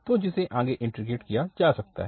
तो जिसे आगे इन्टीग्रेट किया जा सकता है